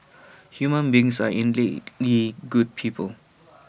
human beings are innately good people